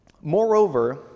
Moreover